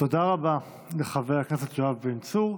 תודה רבה לחבר הכנסת יואב בן צור.